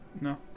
No